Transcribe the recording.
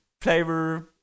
flavor